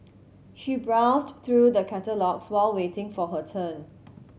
she browsed through the catalogues while waiting for her turn